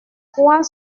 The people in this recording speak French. trois